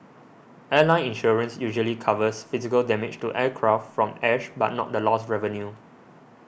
airline insurance usually covers physical damage to aircraft from ash but not the lost revenue